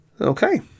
Okay